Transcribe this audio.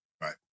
Right